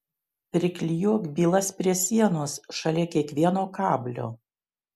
priklijuok bylas prie sienos šalia kiekvieno kablio